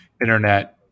internet